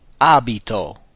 abito